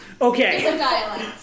Okay